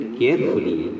carefully